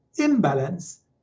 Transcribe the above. imbalance